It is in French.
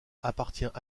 appartient